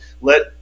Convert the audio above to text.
let